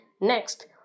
next